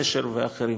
נשר ואחרים.